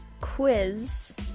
quiz